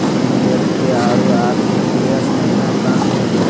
NEFT अरु RTGS महिना का अंतर हई?